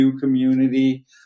community